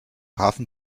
hafen